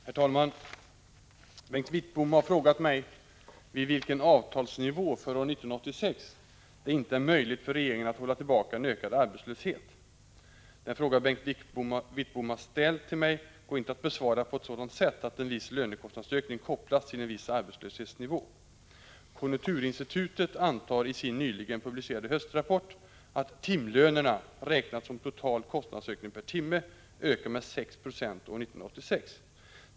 Herr talman! Bengt Wittbom har frågat mig vid vilken avtalsnivå för år 1986 det inte är möjligt för regeringen att hålla tillbaka en ökad arbetslöshet. Den fråga Bengt Wittbom har ställt till mig går inte att besvara på ett sådant sätt att en viss lönekostnadsökning kopplas till en viss arbetslöshetsnivå. Konjunkturinstitutet antar i sin nyligen publicerade höstrapport att timlönerna, räknat som total kostnadsökning per timme, ökar med 6 970 år 1986.